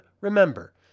remember